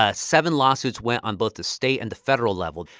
ah seven lawsuits went on both the state and the federal level.